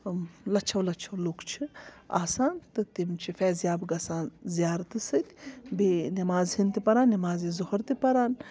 لَچھو لَچھو لُکھ چھِ آسان تہٕ تِم چھِ فیضیاب گژھان زیارتہٕ سۭتۍ بیٚیہِ نٮ۪ماز ہَن تہِ پَران نٮ۪مازے ظہوٗر تہِ پَران